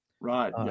Right